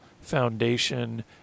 foundation